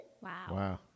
Wow